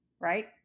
Right